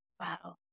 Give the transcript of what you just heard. Wow